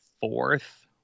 fourth